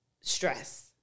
stress